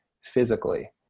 physically